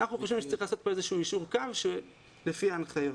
אנחנו חושבים שצריך לעשות כאן איזשהו יישור קו לפי ההנחיות.